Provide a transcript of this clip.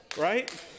Right